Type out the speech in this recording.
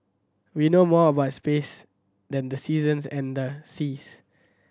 we know more about space than the seasons and the seas